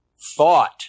thought